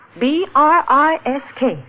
B-R-I-S-K